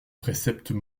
préceptes